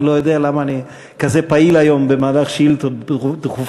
אני לא יודע למה אני כזה פעיל היום במהלך השאילתות הדחופות,